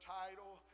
title